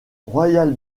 royal